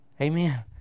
Amen